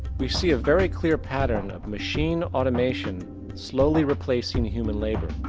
we see a very clear pattern of machine automation slowly replacing human labour.